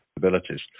capabilities